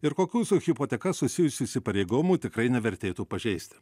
ir kokių su hipoteka susijusių įsipareigojimų tikrai nevertėtų pažeisti